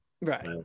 Right